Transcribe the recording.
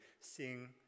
sing